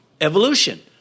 evolution